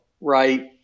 right